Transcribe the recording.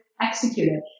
executed